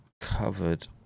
covered